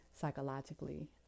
psychologically